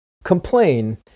complain